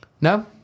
No